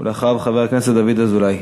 ואחריו, חבר הכנסת דוד אזולאי.